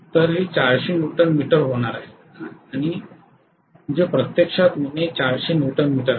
तर हे 400 newton metre होणार आहे जे प्रत्यक्षात उणे 400 न्यूटन मीटर आहे